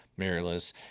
mirrorless